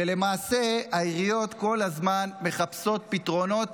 ולמעשה העיריות כל הזמן מחפשות פתרונות